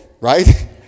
right